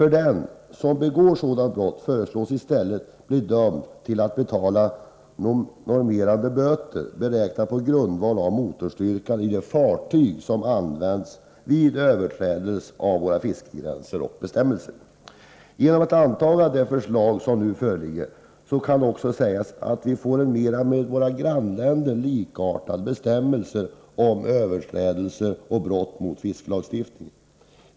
Den som begår sådant brott föreslås i stället att bli dömd att betala normerande böter, beräknade på grundval av motorstyrkan i det fartyg som används vid överträdelse av våra fiskegränser och bestämmelser. Genom att anta det förslag som nu föreligger får vi en bestämmelse som är mer lik den som våra grannländer har när det gäller överträdelse av och brott mot fiskelagstiftningen.